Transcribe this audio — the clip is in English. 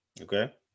Okay